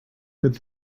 could